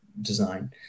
design